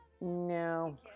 no